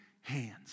hands